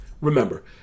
remember